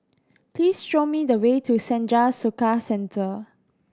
please show me the way to Senja Soka Centre